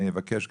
אני אבקש,